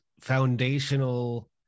foundational